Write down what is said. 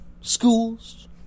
Schools